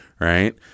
Right